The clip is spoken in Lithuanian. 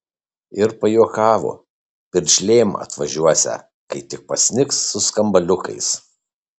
ir pajuokavo piršlėm atvažiuosią kai tik pasnigs su skambaliukais